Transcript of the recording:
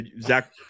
Zach